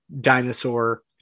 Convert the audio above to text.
dinosaur